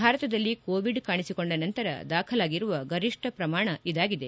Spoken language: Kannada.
ಭಾರತದಲ್ಲಿ ಕೋವಿಡ್ ಕಾಣಿಸಿಕೊಂಡ ನಂತರ ದಾಖಲಾಗಿರುವ ಗರಿಷ್ಠ ಪ್ರಮಾಣ ಇದಾಗಿದೆ